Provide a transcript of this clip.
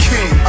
King